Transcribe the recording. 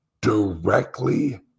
directly